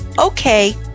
okay